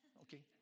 okay